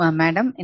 madam